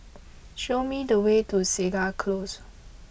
show me the way to Segar Close